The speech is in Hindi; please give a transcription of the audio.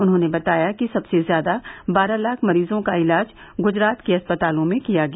उन्होंने बताया कि सबसे ज्यादा बारह लाख मरीजों का इलाज गुजरात के अस्पतालों में किया गया